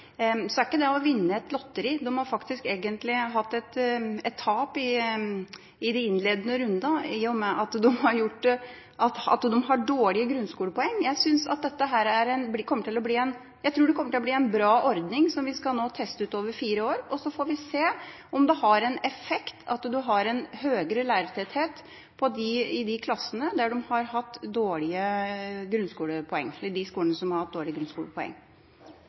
Så er det sagt. Når det gjelder de 600 stillingene, er ikke det som å vinne i et lotteri. De har egentlig hatt et tap i de innledende rundene, i og med at de har lave grunnskolepoeng. Jeg tror det kommer til å bli en bra ordning, som vi nå skal teste ut over fire år, og så får vi se om det har en effekt at man har en høyere lærertetthet på de skolene der man har hatt lave grunnskolepoeng. Jeg har lyst å spørre fra en litt annen vinkel, for jeg kjenner Senterpartiet som et lokaldemokratiparti – sammen med Venstre. Vi har kjempet hardt, med de